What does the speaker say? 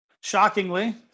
Shockingly